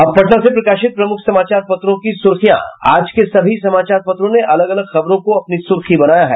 अब पटना से प्रकाशित प्रमुख समाचार पत्रों की सुर्खियां आज के सभी समाचार पत्रों ने अलग अलग खबरों को अपनी सुर्खी बनाया है